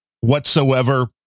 whatsoever